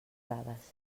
dades